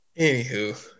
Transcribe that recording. Anywho